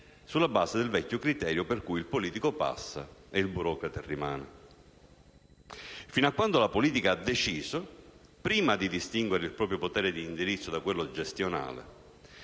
(sulla base del vecchio criterio per cui il politico passa ed il burocrate rimane). Fino a quando la politica ha deciso di distinguere il proprio potere di indirizzo da quello gestionale